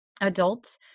adults